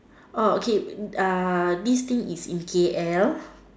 oh okay uh this thing is in K_L